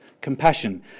compassion